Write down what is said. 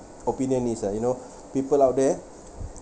opinion is uh you know people out there